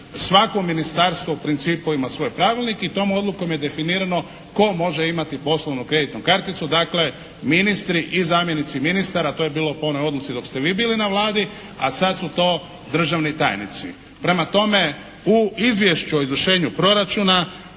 Svako ministarstvo u principu ima svoj pravilnik i tom odlukom je definirano tko može imati poslovno kreditnu karticu. Dakle, ministri i zamjenici ministara, to je bilo po onoj odluci dok ste vi bili na Vladi, a sada su to državni tajnici. Prema tome, u Izvješću o izvršenju proračuna